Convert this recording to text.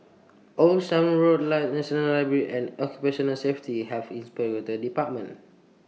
Old Sarum Road National Library and Occupational Safety Have Health Inspectorate department